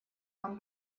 там